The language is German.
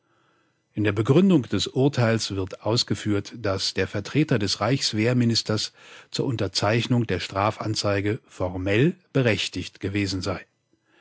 in der begründung des urteils wird ausgeführt daß der vertreter des reichswehrministers zur unterzeichnung der strafanzeige formell berechtigt gewesen sei